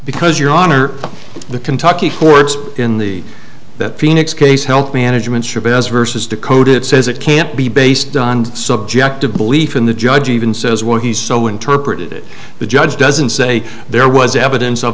because your honor the kentucky courts in the that phoenix case health management chavez versus decode it says it can't be based on subjective belief in the judge even says well he's so interpreted it the judge doesn't say there was evidence of